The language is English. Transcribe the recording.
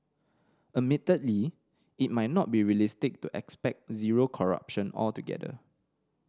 admittedly it might not be realistic to expect zero corruption altogether